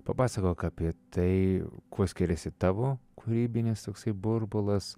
papasakok apie tai kuo skiriasi tavo kūrybinis toksai burbulas